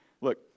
look